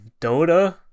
Dota